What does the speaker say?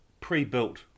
pre-built